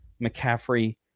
McCaffrey